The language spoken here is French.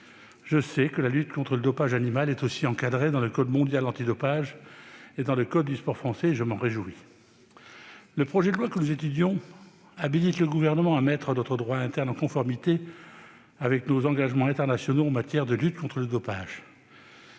Je sais que la lutte contre le dopage animal est aussi encadrée dans le code mondial antidopage et dans le code du sport français, et je m'en réjouis. Le projet de loi que nous étudions tend à habiliter le Gouvernement à mettre notre droit interne en conformité avec nos engagements internationaux en matière de lutte contre le dopage.